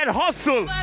hustle